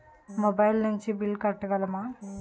Mobile నుంచి bill కట్టగలమ?